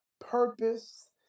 purpose